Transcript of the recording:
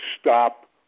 stop